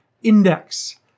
index